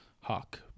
Hawk